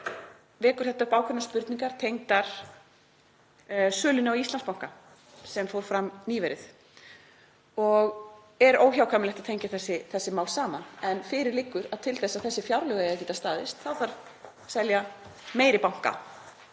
vekur þetta upp ákveðnar spurningar tengdar sölunni á Íslandsbanka sem fór fram nýverið og er óhjákvæmilegt að tengja þessi mál saman. Fyrir liggur að til að þessi fjárlög geti staðist þarf að selja fleiri banka